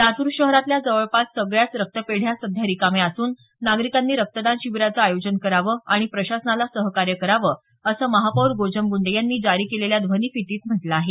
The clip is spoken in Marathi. लातूर शहरातल्या जवळपास सगळ्याच रक्तपेढ्या सध्या रिकाम्या असून नागरिकांनी रक्तदान शिबिरांचं आयोजन करावं आणि प्रशासनाला सहकार्य करावं असं महापौर गोजमगुंडे यांनी जारी केलेल्या ध्वनिफीतीत म्हटलं आहे